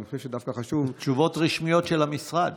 אני חושב שדווקא חשוב, תשובות רשמיות של המשרד.